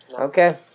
Okay